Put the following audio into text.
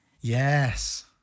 Yes